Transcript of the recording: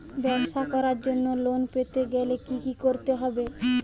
ব্যবসা করার জন্য লোন পেতে গেলে কি কি করতে হবে?